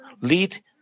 lead